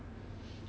like that lor